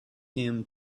him